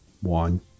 One